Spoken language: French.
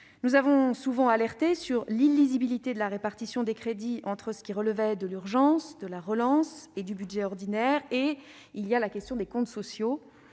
Nous avons souvent alerté sur l'illisibilité de la répartition des crédits entre ce qui relevait de l'urgence, de la relance et du budget ordinaire. S'y ajoute la question des comptes sociaux.